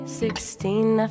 sixteen